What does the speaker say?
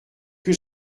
que